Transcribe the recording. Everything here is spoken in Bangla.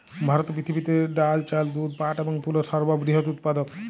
ভারত পৃথিবীতে ডাল, চাল, দুধ, পাট এবং তুলোর সর্ববৃহৎ উৎপাদক